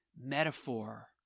metaphor